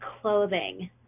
clothing